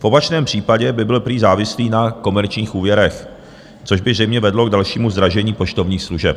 V opačném případě by byl prý závislý na komerčních úvěrech, což by zřejmě vedlo k dalšímu zdražení poštovních služeb.